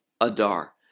Adar